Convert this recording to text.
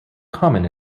common